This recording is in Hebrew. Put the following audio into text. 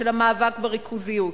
המאבק בריכוזיות,